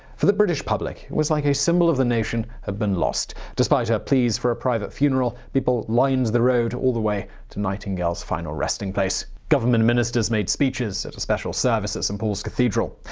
for the british public, it was like a symbol of the nation had been lost. despite her pleas for a private funeral, people lined the road all the way to nightingale's final resting place. government ministers made speeches at a special service at st paul's cathedral.